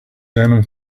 venom